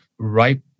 Right